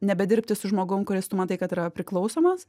nebedirbti su žmogum kuris tu matai kad yra priklausomas